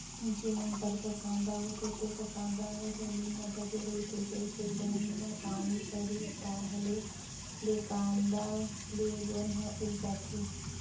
जेन बन कर कांदा होथे तेखर कांदा ह जमीन म दबे रहिथे, जइसे जमीन म पानी परिस ताहाँले ले कांदा ले बन ह उग जाथे